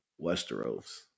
Westeros